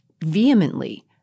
vehemently